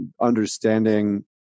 understanding